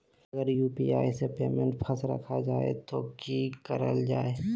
अगर यू.पी.आई से पेमेंट फस रखा जाए तो की करल जाए?